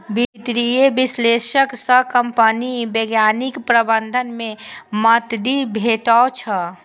वित्तीय विश्लेषक सं कंपनीक वैज्ञानिक प्रबंधन मे मदति भेटै छै